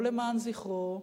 לא למען זכרו,